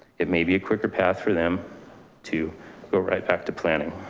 it may be a quicker path for them to go right back to planning.